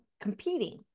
competing